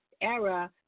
era